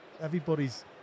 Everybody's